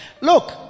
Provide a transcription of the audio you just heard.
look